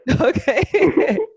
Okay